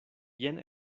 jen